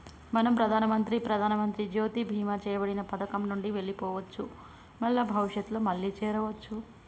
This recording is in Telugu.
మనం ప్రధానమంత్రి ప్రధానమంత్రి జ్యోతి బీమా చేయబడిన పథకం నుండి వెళ్లిపోవచ్చు మల్ల భవిష్యత్తులో మళ్లీ చేరవచ్చు